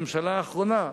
הממשלה האחרונה,